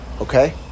Okay